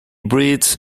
breeds